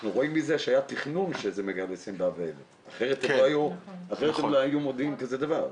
אנחנו רואים מזה שהיה תכנון שזה --- אחרת הם לא היו מודיעים כזה דבר.